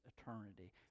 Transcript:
eternity